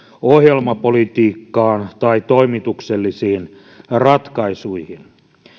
ohjelmapolitiikkaan tai toimituksellisiin ratkaisuihin